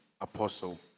Apostle